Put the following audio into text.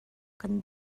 kan